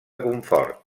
confort